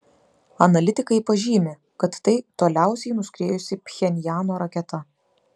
analitikai pažymi kad tai toliausiai nuskriejusi pchenjano raketa